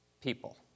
people